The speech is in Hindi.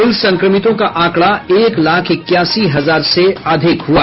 कुल संक्रमितों का आंकड़ा एक लाख इक्यासी हजार से अधिक हुआ